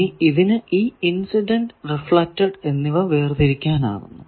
ഇനി ഇതിനു ഈ ഇൻസിഡന്റ് റിഫ്ലെക്ടഡ് എന്നിവ വേർതിരിക്കാനാകുന്നു